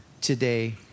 today